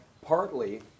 partly